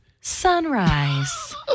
Sunrise